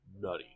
nutty